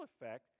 effect